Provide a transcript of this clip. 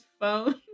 phone